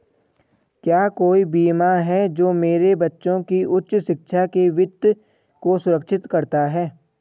क्या कोई बीमा है जो मेरे बच्चों की उच्च शिक्षा के वित्त को सुरक्षित करता है?